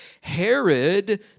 Herod